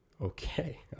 Okay